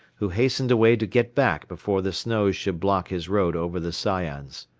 who hastened away to get back before the snows should block his road over the sayans.